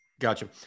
Gotcha